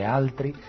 altri